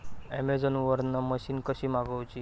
Amazon वरन machine कशी मागवची?